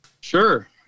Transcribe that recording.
Sure